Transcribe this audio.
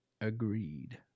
agreed